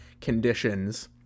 conditions